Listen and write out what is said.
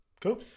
cool